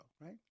right